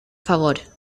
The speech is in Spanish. favor